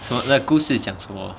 so the 故事讲什么